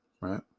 right